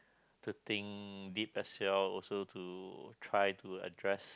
to think deep as well also to try to address